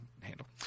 handle